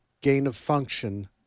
gain-of-function